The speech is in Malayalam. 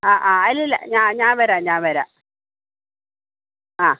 ആ ആ ഇല്ലില്ല ഞാൻ വരാം ഞാൻ വരാം ആ